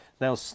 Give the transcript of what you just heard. Now